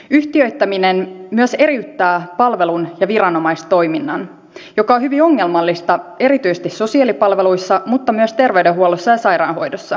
yhtiöittäminen myös eriyttää palvelun ja viranomaistoiminnan mikä on hyvin ongelmallista erityisesti sosiaalipalveluissa mutta myös terveydenhuollossa ja sairaanhoidossa